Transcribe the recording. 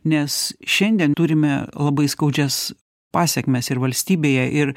nes šiandien turime labai skaudžias pasekmes ir valstybėje ir